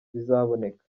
bizaboneka